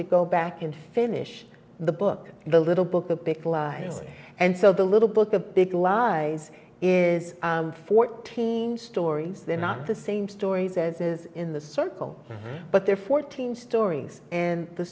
to go back and finish the book the little book of pick lives and so the little book a big lies is fourteen stories they're not the same stories as is in the circle but they're fourteen stories and the